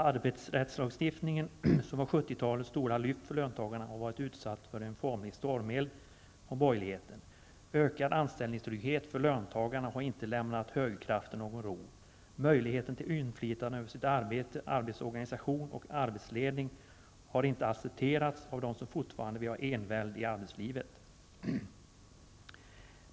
Arbetsrättslagstiftningen, som var 70-talets stora lyft för löntagarna, har varit utsatt för en formlig stormeld från borgerligheten. Ökad anställningstrygghet för löntagarna har inte lämnat högerkrafterna någon ro. Möjligheten till inflytande över sitt arbete, arbetets organisation och arbetsledning har inte accepterats av dem som fortfarande vill ha envälde i arbetslivet.